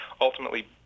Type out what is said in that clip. ultimately